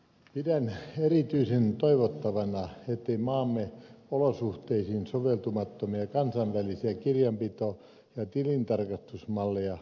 pidän erityisen toivottavana ettei maamme olosuhteisiin soveltumattomia kansainvälisiä kirjanpito ja tilintarkastusmalleja tuoda tänne